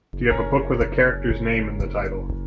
do you have a book with a character's name in the title?